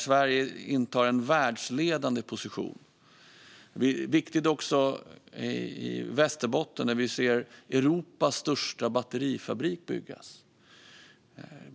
Sverige intar där en världsledande position. Detta är också viktigt i Västerbotten, där vi ser Europas största batterifabrik byggas.